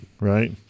right